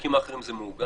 בחוקים אחרים זה מעוגן?